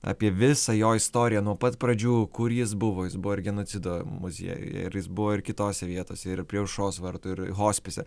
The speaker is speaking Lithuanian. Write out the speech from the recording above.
apie visą jo istoriją nuo pat pradžių kur jis buvo jis buvo ir genocido muziejuje ir jis buvo ir kitose vietose ir prie aušros vartų ir hospise